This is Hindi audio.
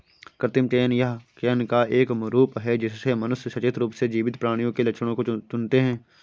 कृत्रिम चयन यह चयन का एक रूप है जिससे मनुष्य सचेत रूप से जीवित प्राणियों के लक्षणों को चुनते है